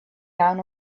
down